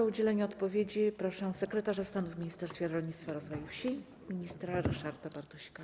O udzielenie odpowiedzi proszę sekretarza stanu w Ministerstwie Rolnictwa i Rozwoju Wsi ministra Ryszarda Bartosika.